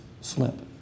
slip